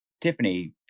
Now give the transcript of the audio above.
Tiffany